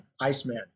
Iceman